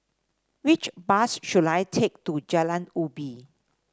which bus should I take to Jalan Ubi